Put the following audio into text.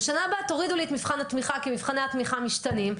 ובשנה הבאה תורידו לי את מבחן התמיכה כי מבחני התמיכה משתנים.